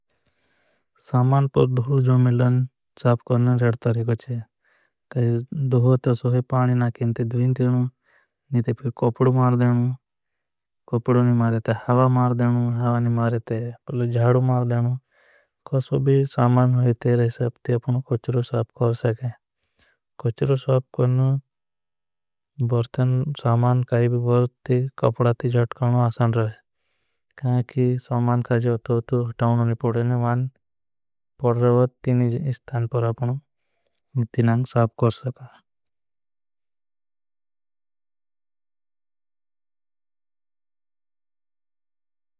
सामान पर दोड़ों जो मिलन साप कोरने रहता रही कोछ है। काई दोड़ों तो सोहे पानी नाकें ते दुहिन थेन नीथे पिर कोपड़ों। मार देन कोपड़ों नी मारें ते हावा मार देन हावा नी मारें ते पिर। जाड़ों मार देन कौसो भी सामान होई ते रहे साप ते अपना कोचरो। साप कर सकें कोचरो साप करना बरतन। सामान काई भी बरत ते कपड़ा ते जट करना। आसान रहे क्याकि सामान का जब तो तोड़ा होने पड़े ने वान पड़ा। रहा था तीनी जब इस तान पर आपने मुत्ति नांग साप कर सका।